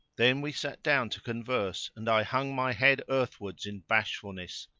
then we sat down to converse and i hung my head earthwards in bashfulness,